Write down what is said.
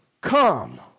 Come